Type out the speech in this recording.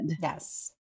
Yes